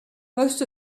most